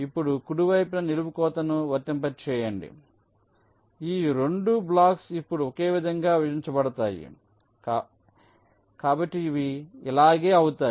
ఇప్పుడు కుడి వైపున నిలువు కోతను వర్తింప చేయండి కాబట్టి ఈ 2 బ్లాక్స్ ఇప్పుడు ఓకేవిధంగా విభజించబడతాయి కాబట్టి అవిఇలాగే అవుతాయి